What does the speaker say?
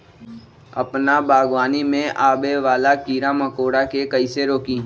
अपना बागवानी में आबे वाला किरा मकोरा के कईसे रोकी?